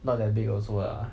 not that big also lah